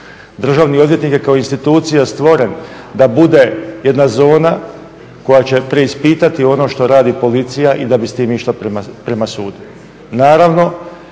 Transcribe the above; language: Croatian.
Državni odvjetnik je kao institucija stvoren da bude jedna zona koja će preispitati ono što radi policija i da bi s tim išla prema sudu.